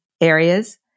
areas